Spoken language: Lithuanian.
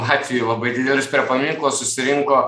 latvijoj labai didelis prie paminklo susirinko